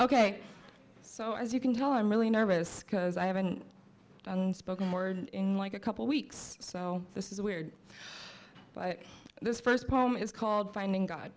as you can tell i'm really nervous because i haven't spoken word in like a couple weeks so this is weird but this first poem is called finding god